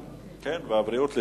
8,